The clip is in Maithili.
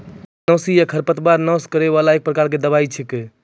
शाकनाशी या खरपतवार नाश करै वाला एक प्रकार के दवाई छेकै